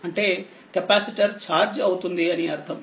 అంటేకెపాసిటర్ఛార్జ్ అవుతుంది అని అర్థం